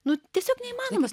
nu tiesiog neįmanomas